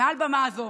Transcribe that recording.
מעל בימה זו,